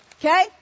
Okay